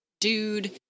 dude